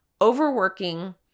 overworking